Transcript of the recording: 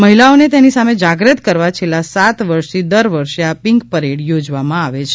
મહિલાઓને તેની સામે જાગ્રુત કરવા છેલ્લા સાત વર્ષથી દર વર્ષે આ પીંક પરેડ યોજવામાં આવે છે